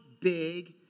big